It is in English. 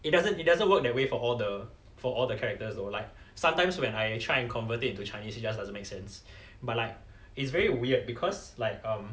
it doesn't it doesn't work that way for all the for all the characters though like sometimes when I try and convert it into chinese it just doesn't make sense but like it's very weird because like um